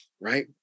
right